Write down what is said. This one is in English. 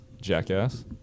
jackass